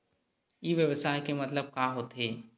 ई व्यवसाय के मतलब का होथे?